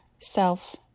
Self